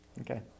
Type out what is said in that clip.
Okay